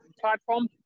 platform